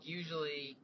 usually